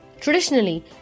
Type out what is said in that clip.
Traditionally